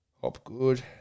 Hopgood